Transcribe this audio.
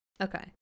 Okay